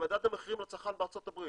למדד המחירים לצרכן בארצות הברית.